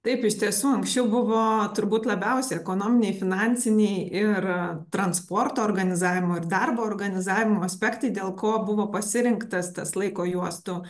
taip iš tiesų anksčiau buvo turbūt labiausiai ekonominiai finansiniai ir transporto organizavimo ir darbo organizavimo aspektai dėl ko buvo pasirinktas tas laiko juostų